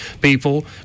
people